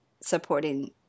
supporting